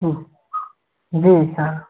जी हाँ